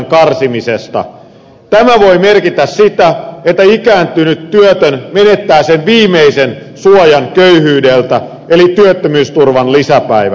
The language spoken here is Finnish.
tämä voi merkitä sitä että ikääntynyt työtön menettää sen viimeisen suojan köyhyydeltä eli työttömyysturvan lisäpäivät